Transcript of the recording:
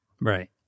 right